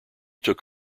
took